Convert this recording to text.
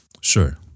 Sure